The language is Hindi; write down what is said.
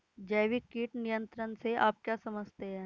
जैविक कीट नियंत्रण से आप क्या समझते हैं?